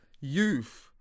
youth